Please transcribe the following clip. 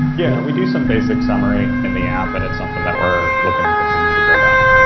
yeah, we do some basic summary in the app and it's something that we're looking to continue to build out.